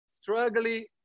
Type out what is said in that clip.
struggling